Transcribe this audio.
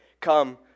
come